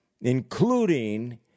including